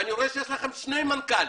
ואני רואה שיש לכם שני מנכ"לים.